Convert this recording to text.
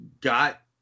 got